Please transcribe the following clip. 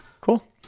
Cool